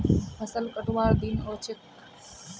फसल कटवार दिन व स छ